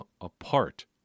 apart